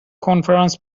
کنفرانس